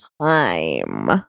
time